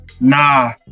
Nah